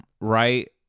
right